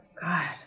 God